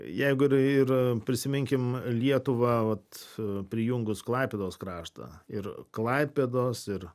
jeigu ir ir prisiminkim lietuvą vat prijungus klaipėdos kraštą ir klaipėdos ir